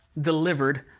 delivered